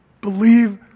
Believe